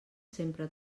sempre